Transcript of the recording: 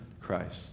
Christ